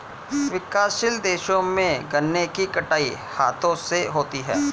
विकासशील देशों में गन्ने की कटाई हाथों से होती है